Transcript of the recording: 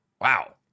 Wow